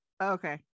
Okay